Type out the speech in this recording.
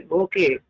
okay